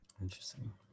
Interesting